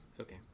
Okay